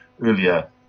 earlier